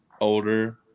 older